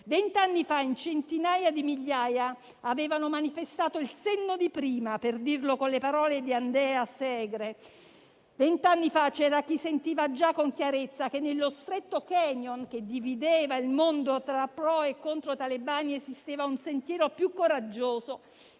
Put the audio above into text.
Vent'anni fa, in centinaia di migliaia avevano manifestato il senno di prima, per dirlo con le parole di Andrea Segre: vent'anni fa c'era chi sentiva già con chiarezza che nello stretto *canyon* «che divideva il mondo tra pro e contro talebani, esisteva un sentiero più coraggioso